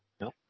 No